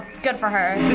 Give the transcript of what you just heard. good for her.